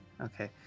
Okay